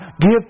give